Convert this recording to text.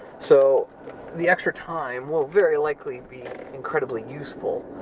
so the extra time will very likely be incredibly useful.